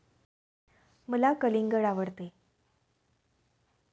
मला कलिंगड आवडते